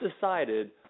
decided